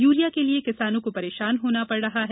urea के लिए किसानों को परेशान होना पड़ रहा है